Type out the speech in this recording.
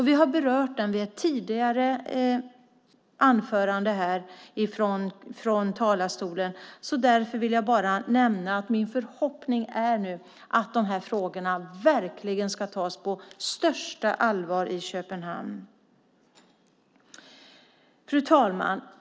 Vi har berört den i tidigare anföranden från talarstolen. Därför vill jag bara nämna att min förhoppning är att de här frågorna verkligen ska tas på största allvar i Köpenhamn. Fru ålderspresident!